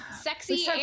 sexy